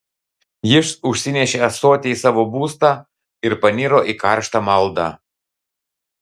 jis užsinešė ąsotį į savo būstą ir paniro į karštą maldą